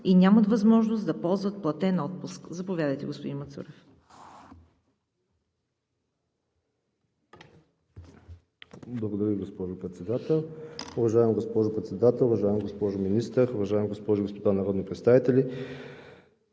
и нямат възможност да ползват платен отпуск. Заповядайте, господин Мацурев.